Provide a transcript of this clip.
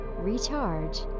recharge